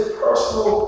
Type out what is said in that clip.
personal